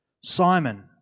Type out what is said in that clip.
Simon